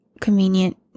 convenient